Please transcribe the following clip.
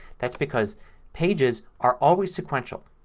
that's because pages are always sequential.